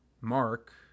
Mark